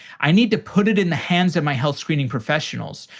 i need to put it in the hands of my health screening professionals.